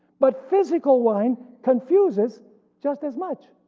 but physical wine confuses just as much.